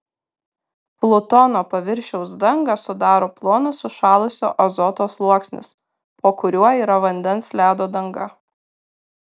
plutono paviršiaus dangą sudaro plonas sušalusio azoto sluoksnis po kuriuo yra vandens ledo danga